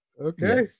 Okay